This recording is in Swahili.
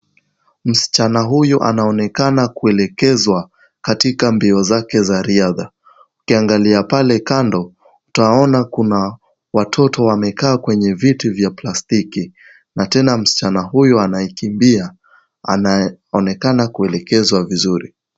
Msichana huyu anaonekana kuelekezwa katika mbio zake za riadha. Ukiangalia pale kando utaona kuna watoto wamekaa kwenye viti vya plastiki, na tena msichana huyu anayekimbia anaonekana kuelekezwa vizuri.